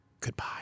goodbye